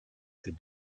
ses